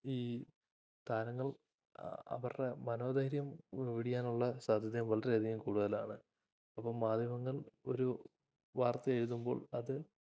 ഈ താരങ്ങൾ അവരുടെ മനോധൈര്യം വെടിയാനുള്ള സാധ്യതയും വളരെയധികം കൂടുതലാണ് അപ്പോള് മാധ്യമങ്ങൾ ഒരു വാർത്ത എഴുതുമ്പോൾ അത്